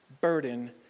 burden